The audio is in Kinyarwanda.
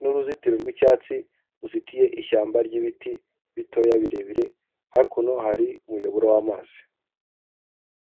n’uruzitiro rw’icyatsi ruzitiye ishyamba ry’ibiti bitoya, birebire hakuno hari umuyoboro w’amazi.